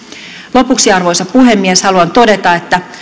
lopuksi arvoisa puhemies haluan todeta että